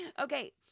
Okay